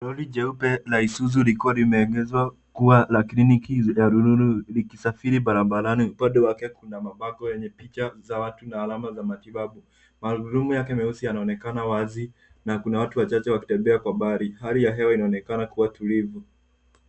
Lori jeupe la Isuzu likiwa limegeuzwa kuwa la kliniki ya rununu likisafiri barabarani. Upande wake kuna mabango yenye picha za watu na alama za matibabu. Magurudumu yake meusi yanaonekana wazi na kuna watu wachache wakitembea kwa mbali. Hali ya hewa inaonekana kuwa tulivu.